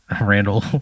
Randall